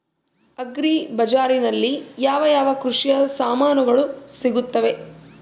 Agri ಬಜಾರಿನಲ್ಲಿ ಯಾವ ಯಾವ ಕೃಷಿಯ ಸಾಮಾನುಗಳು ಸಿಗುತ್ತವೆ?